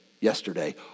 yesterday